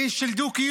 איש של דו-קיום,